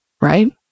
right